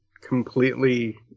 completely